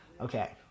Okay